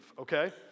okay